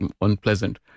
unpleasant